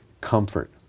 comfort